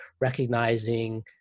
recognizing